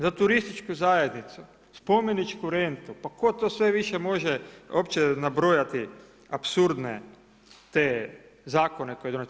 Za turističku zajednicu, spomeničku rentu, pa tko to sve više može uopće nabrojati apsurdne, te zakone koje donosite.